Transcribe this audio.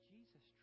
Jesus